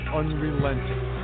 unrelenting